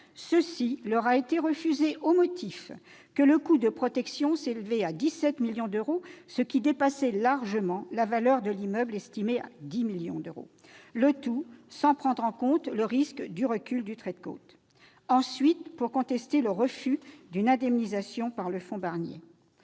Cela leur a été refusé au motif que le coût de protection s'élevait à 17 millions d'euros, ce qui dépassait largement la valeur de l'immeuble, estimée à 10 millions d'euros, le tout sans prendre en compte le risque du recul du trait de côte. L'action contentieuse des propriétaires